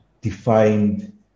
defined